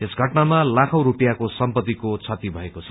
यस षटनमा लाखैं स्पियाँको सम्पतिको क्षति भएको छ